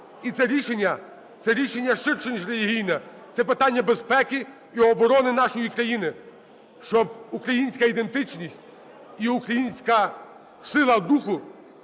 І це рішення, це рішення ширше, ніж релігійне. Це питання безпеки і оборони нашої країн, щоб українська ідентичність і українська сила духу